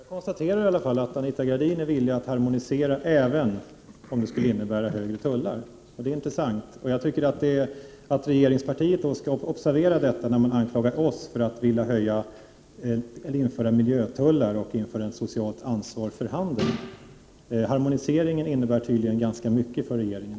Fru talman! Jag konstaterar i alla fall att Anita Gradin är villig att acceptera en harmonisering, även om det skulle innebära högre tullar. Det är intressant. Jag tycker att regeringspartiet skall ha detta i åtanke när man anklagar oss för att vilja införa miljötullar och ett socialt ansvar för handeln. Harmoniseringen innebär tydligen ganska mycket för regeringen.